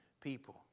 people